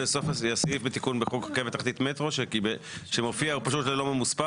הסעיף בתיקון בחוק רכבת תחתית (מטרו) שמופיע אינו ממוספר,